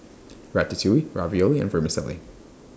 Ratatouille Ravioli and Vermicelli